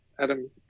Adam